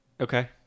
Okay